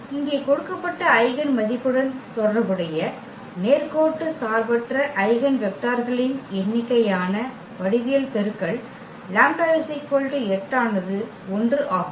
இங்கே கொடுக்கப்பட்ட ஐகென் மதிப்புடன் தொடர்புடைய நேர்கோட்டு சார்பற்ற ஐகென் வெக்டர்களின் எண்ணிக்கையான வடிவியல் பெருக்கல் λ 8 ஆனது 1 ஆகும்